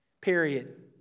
Period